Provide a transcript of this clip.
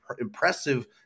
impressive